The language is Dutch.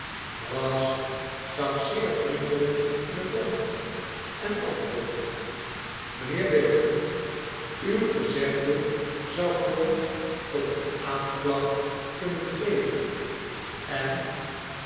brass zag zeer vriendelyk in het rond en antwoordde toen mynheer witherden uw gezegde zou grond tot eene aanklacht kunnen geven en